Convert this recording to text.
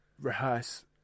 rehearse